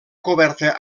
coberta